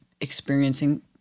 experiencing